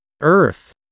Earth